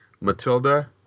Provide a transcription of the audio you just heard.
Matilda